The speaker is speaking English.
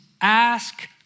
Ask